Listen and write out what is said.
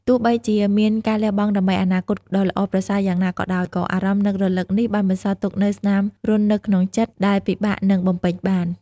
ទោះបីជាមានការលះបង់ដើម្បីអនាគតដ៏ល្អប្រសើរយ៉ាងណាក៏ដោយ ក៏អារម្មណ៍នឹករលឹកនេះបានបន្សល់ទុកនូវស្នាមរន្ធនៅក្នុងចិត្ត ដែលពិបាកនឹងបំពេញបាន។